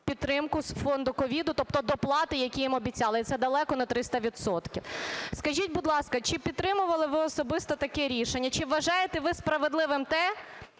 підтримку з фонду COVID, тобто доплати, які їм обіцяли, і це далеко не 300 відсотків. Скажіть, будь ласка, чи підтримували ви особисто таке рішення? Чи вважаєте ви справедливим те,